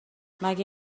مگه